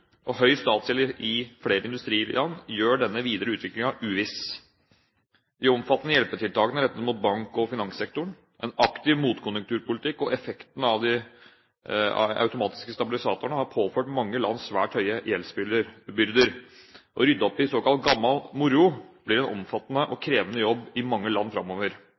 og høy statsgjeld i flere industriland gjør den videre utviklingen uviss. De omfattende hjelpetiltakene rettet mot bank- og finanssektoren, en aktiv motkonjunkturpolitikk og effektene av de automatiske stabilisatorene har påført mange land svært høye gjeldsbyrder. Å rydde opp i såkalt gammel moro blir en omfattende og krevende jobb i mange land framover.